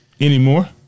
anymore